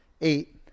eight